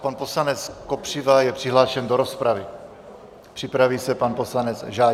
Pan poslanec Kopřiva je přihlášen do rozpravy, připraví se pan poslanec Žáček.